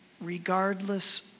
regardless